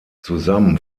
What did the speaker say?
zusammen